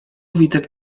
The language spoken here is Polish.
witek